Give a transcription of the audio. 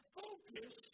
focus